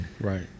Right